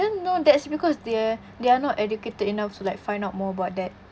then no that's because they're they are not educated enough to like find out more about that